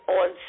on